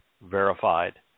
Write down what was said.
verified